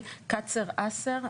קאצר אסר,